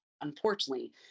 unfortunately